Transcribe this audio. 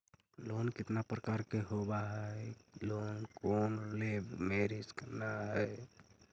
Loan कितना प्रकार के होबा है कोन लोन लेब में रिस्क न है?